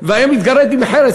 והיה מתגרד עם חרס.